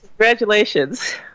Congratulations